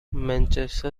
manchester